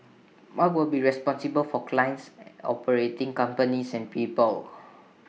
mark will be responsible for clients operating companies and people